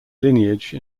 lineage